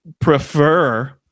prefer